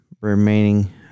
remaining